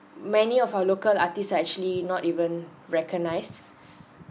many of our local artists are actually not even recognized